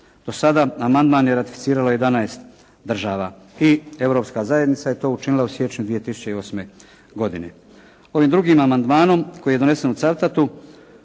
Do sada amandman je ratificiralo 11 država i Europska zajednica je to učinila u siječnju 2008. godine. Ovim drugim amandmanom koji je donesen u Cavtatu